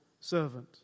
servant